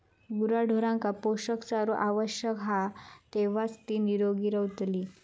गुराढोरांका पोषक चारो आवश्यक हा तेव्हाच ती निरोगी रवतली